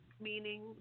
meaning